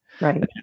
Right